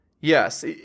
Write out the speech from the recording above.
Yes